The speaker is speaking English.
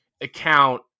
account